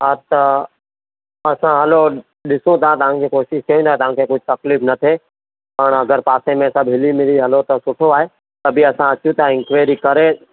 हा त असां हलो ॾिसूं था तव्हांखे कोशिशि कयूं था तव्हांखे कुझु तकलीफ़ु न थिए पाण अगरि पासे में सभु हिली मिली हलो त सुठो आहे त बि असां अचूं था इन्क्वेरी करे